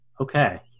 okay